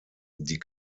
die